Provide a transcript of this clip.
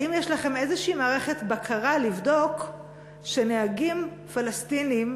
האם יש לכם איזושהי מערכת בקרה לבדוק שנהגים פלסטינים